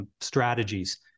strategies